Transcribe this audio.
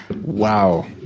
Wow